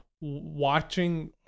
watching